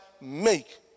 make